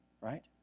Right